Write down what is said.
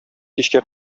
кичкә